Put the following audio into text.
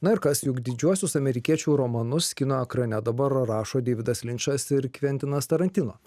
na ir kas juk didžiuosius amerikiečių romanus kino ekrane dabar rašo deividas linčas ir kvientinas tarantino